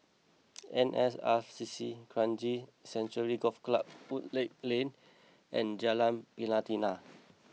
N S R C C Kranji Sanctuary Golf Club Woodleigh Lane and Jalan Pelatina